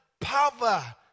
power